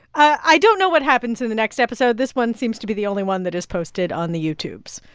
i don't know what happens in the next episode. this one seems to be the only one that is posted on the youtubes.